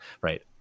Right